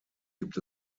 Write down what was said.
gibt